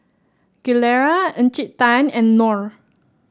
Gilera Encik Tan and Knorr